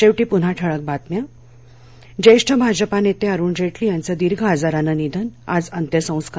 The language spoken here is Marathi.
शेवटी पुन्हा ठळक बातम्या ज्येष्ठ भाजपा नेते अरुण जेटली यांचं दीर्घ आजरानं निधन आज अंत्यसंस्कार